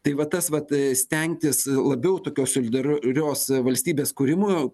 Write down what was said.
tai va tas vat stengtis labiau tokios solidar rios valstybės kūrimo